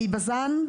מבז"ן,